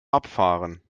abfahren